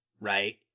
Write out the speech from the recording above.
right